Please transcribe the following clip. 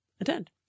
attend